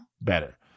better